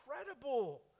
incredible